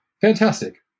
fantastic